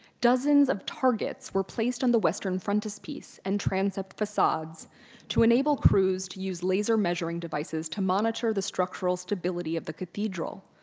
dozens of targets were placed on the western frontispiece and transept facades to enable crews to use laser measuring devices to monitor the structural stability of the cathedral,